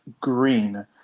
Green